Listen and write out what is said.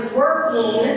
working